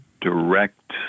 direct